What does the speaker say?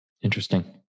Interesting